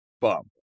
bump